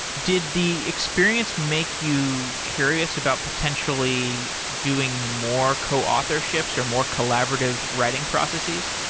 did the experience make you curious about potentially doing more co authorships or more collaborative writing processes?